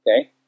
Okay